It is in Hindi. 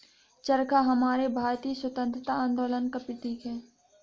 चरखा हमारे भारतीय स्वतंत्रता आंदोलन का प्रतीक है